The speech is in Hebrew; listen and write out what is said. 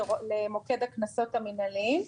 למוקד הקנסות המינהליים.